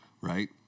Right